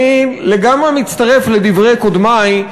אני לגמרי מצטרף לדברי קודמי,